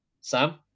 Sam